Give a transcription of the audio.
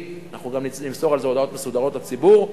אנחנו גם נמסור על זה הודעות מסודרות לציבור.